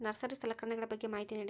Nursery ಸಲಕರಣೆಗಳ ಬಗ್ಗೆ ಮಾಹಿತಿ ನೇಡಿ?